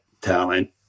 talent